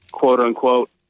quote-unquote